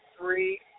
three